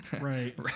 Right